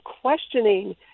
questioning